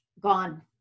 gone